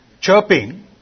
chirping